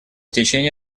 течение